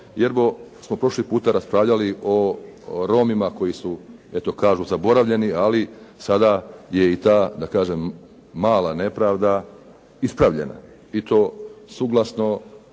jerbo smo prošli puta raspravljali o Romima koji su, eto kažu, zaboravljeni, ali sada je i ta da kažem mala nepravda i stavljena, i to suglasno,